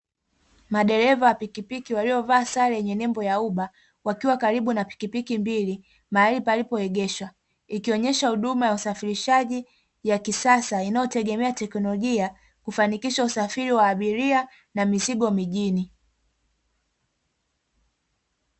Madereva wa pikipiki waliovaa sare yenye nembo ya uba wakiwa karibu na pikipiki mbili mahali palipoegeshwa, ikionyesha huduma ya usafirishaji ya kisasa inayotegemea teknolojia kufanikisha usafiri wa abiria na mizigo mijini.